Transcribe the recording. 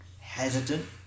hesitant